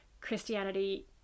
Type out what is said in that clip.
Christianity